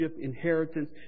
inheritance